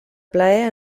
plaer